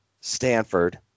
Stanford